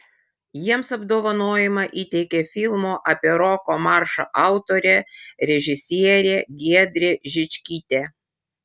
jiems apdovanojimą įteikė filmo apie roko maršą autorė režisierė giedrė žičkytė